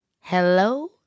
Hello